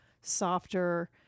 softer